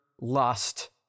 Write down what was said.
lust